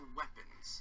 weapons